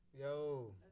Yo